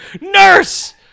Nurse